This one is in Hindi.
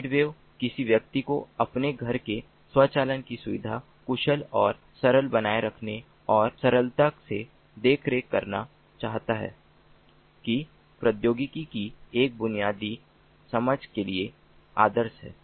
Zwave किसी व्यक्ति जो अपने घर के स्वचालन को सुरक्षित कुशल और सरल बनाए रखना और सरलता से देख रेख करना चाहता है की प्रौद्योगिकी की एक बुनियादी समझ के लिए आदर्श है